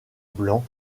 blanc